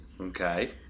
Okay